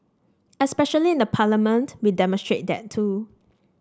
especially in Parliament we demonstrate that too